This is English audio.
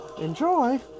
Enjoy